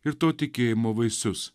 ir to tikėjimo vaisius